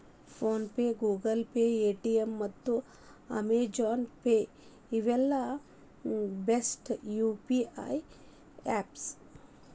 phone pay, Google pay, Paytm ಮತ್ತ Amazon pay ಇವೆಲ್ಲ best UPI apps